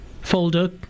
folder